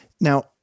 Now